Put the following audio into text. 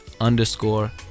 underscore